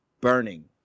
burning